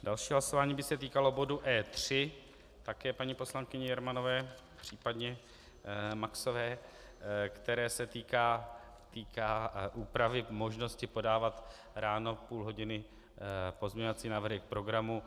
Další hlasování by se týkalo bodu E.3 také paní poslankyně Jermanové, případně Maxové, které se týká úpravy možnosti podávat ráno půl hodiny pozměňovací návrhy k programu.